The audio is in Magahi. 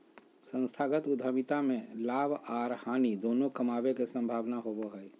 संस्थागत उद्यमिता में लाभ आर हानि दोनों कमाबे के संभावना होबो हय